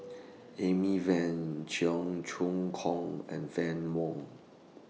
Amy Van Cheong Choong Kong and Fann Wong